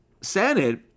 Senate